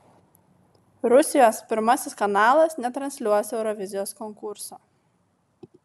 rusijos pirmasis kanalas netransliuos eurovizijos konkurso